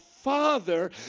father